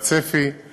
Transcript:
הצפי הוא